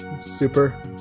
Super